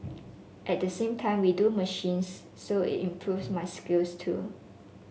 at the same time we do machines so it improves my skills too